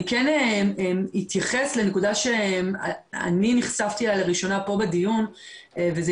אני אתייחס לנקודה שנחשפתי אליה לראשונה פה בדיון וזה